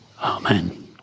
Amen